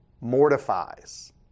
mortifies